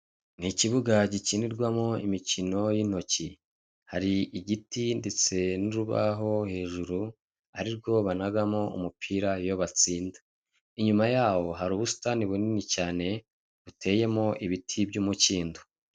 Ni ikibuga gikinirwamo imikino yintoki hari igiti nurubaho hejuru arirwo banagamo umupira iyo batsinda inyuma yaho hari ubusitani bunini cyane buteyemo ibiti by'umukindo.